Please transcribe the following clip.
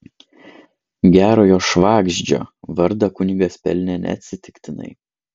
gerojo švagždžio vardą kunigas pelnė neatsitiktinai